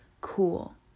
cool